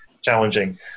challenging